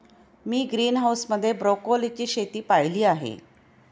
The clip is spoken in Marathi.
मी ग्रीनहाऊस मध्ये ब्रोकोलीची शेती पाहीली आहे